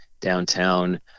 downtown